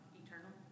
eternal